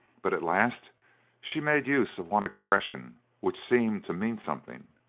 but at last she made use of one expression which seemed to mean something.